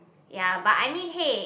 ya but I mean hey